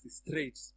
straight